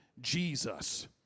Jesus